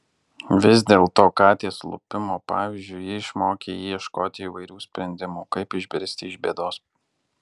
vis dėlto katės lupimo pavyzdžiu ji išmokė jį ieškoti įvairių sprendimų kaip išbristi iš bėdos